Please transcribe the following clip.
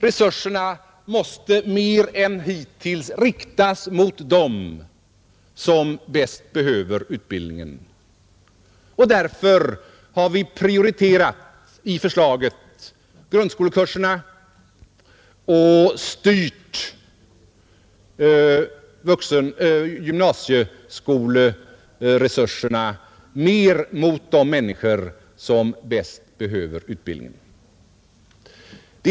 Resurserna måste mer än hittills riktas mot dem som bäst behöver utbildningen. Därför har vi i förslaget prioriterat grundskolekurserna och styrt gymnasieskoleresurserna mer mot de människor som bäst behöver utbildningen.